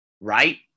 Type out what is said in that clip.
right